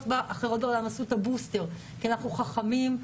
אחרות בעולם עשו את הבוסטר כי אנחנו חכמים,